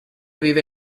vive